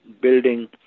building